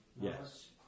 Yes